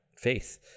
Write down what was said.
Faith